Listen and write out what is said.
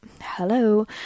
hello